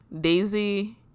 Daisy